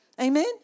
Amen